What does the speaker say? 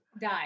Die